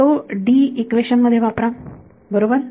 तो इक्वेशन मध्ये वापरा बरोबर